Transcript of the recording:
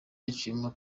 yaciwe